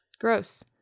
Gross